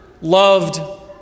loved